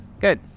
Good